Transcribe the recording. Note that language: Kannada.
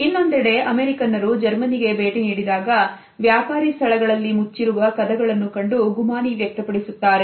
ಇನ್ನೊಂದೆಡೆ ಅಮೆರಿಕನ್ನರು ಜರ್ಮನಿಗೆ ಭೇಟಿ ನೀಡಿದಾಗ ವ್ಯಾಪಾರಿ ಸ್ಥಳಗಳಲ್ಲಿ ಮುಚ್ಚಿರುವ ಕದಗಳನ್ನು ಕಂಡು ಗುಮಾನಿ ವ್ಯಕ್ತಪಡಿಸುತ್ತಾರೆ